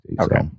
Okay